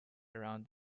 around